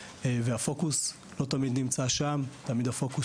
והפוקוס לא תמיד נמצא שם - תמיד הפוקוס